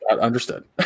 Understood